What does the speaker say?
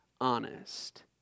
honest